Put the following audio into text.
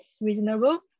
reasonable